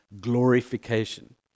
glorification